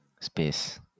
space